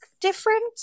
different